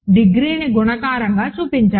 డిగ్రీని గుణకారంగా చూపించాం